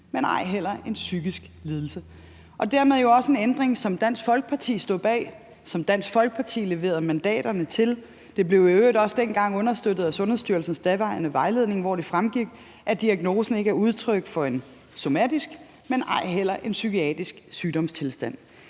og ej heller en psykisk lidelse. Dermed var det jo også en ændring, som Dansk Folkeparti stod bag, og som Dansk Folkeparti leverede mandaterne til. Det blev i øvrigt også dengang understøttet af Sundhedsstyrelsens daværende vejledning, hvoraf det fremgik, at diagnosen ikke er udtryk for en somatisk og ej heller en psykiatrisk sygdomstilstand.